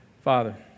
Father